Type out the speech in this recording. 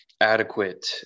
adequate